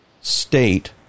state